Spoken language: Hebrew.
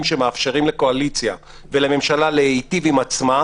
שמאפשרים לקואליציה ולממשלה להיטיב עם עצמה,